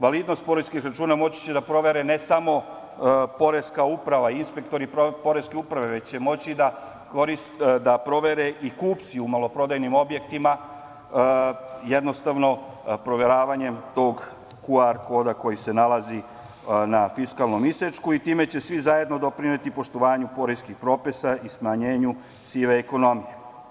Validnost poreskih računa moći će da provere ne samo Poreska uprava, inspektori Poreske uprave, već će moći da provere i kupci u maloprodajnim objektima, jednostavnim proveravanjem QR koda koji se nalazi na fiskalnom isečku i time će svi zajedno doprineti poštovanju poreskih propisa i smanjenju sive ekonomije.